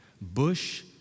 Bush